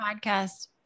podcast